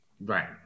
Right